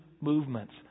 movements